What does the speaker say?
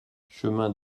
chemin